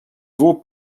vaux